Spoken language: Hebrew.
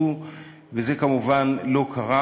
אין לי, כמובן, כוונה